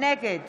נגד